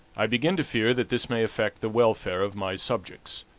i begin to fear that this may affect the welfare of my subjects,